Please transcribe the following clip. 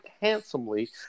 Handsomely